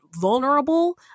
vulnerable